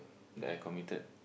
that I committed